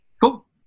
cool